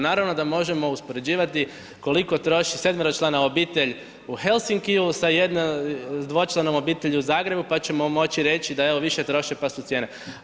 Naravno da možemo uspoređivati koliko troši sedmeročlana obitelj u Helsinkiju sa dvočlanom obitelji u Zagrebu pa ćemo moći reći da evo više troše, pa su cijene.